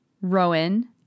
Rowan